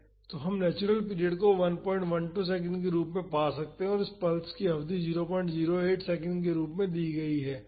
तो हम natural period को 112 सेकंड के रूप में पा सकते हैं और इस पल्स की अवधि 008 सेकंड के रूप में दी गई है